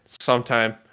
sometime